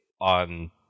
on